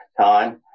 time